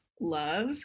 love